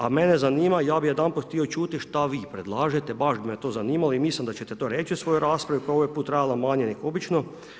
A mene zanima, ja bih jedanput htio čuti šta vi predlažete, baš bi me to zanimalo i mislim da ćete to reći u svojoj raspravi koja je ovaj put trajala manje nego obično.